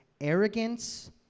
arrogance